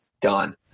done